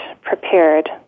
prepared